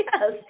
Yes